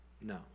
No